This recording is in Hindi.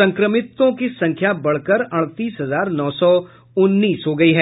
संक्रमितों की संख्या बढ़कर अड़तीस हजार नौ सौ उन्नीस हो गयी है